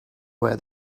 where